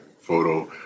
photo